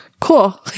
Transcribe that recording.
Cool